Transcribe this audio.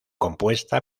compuesta